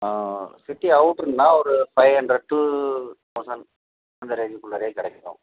ஆ city அவுட்ருனா ஒரு five hundred to thousand அந்த ரேஞ்சுக்குள்ளாரயே கிடைக்கும்